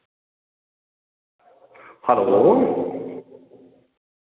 hello